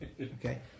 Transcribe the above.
Okay